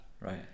Right